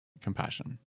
compassion